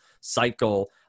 cycle